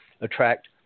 attract